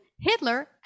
hitler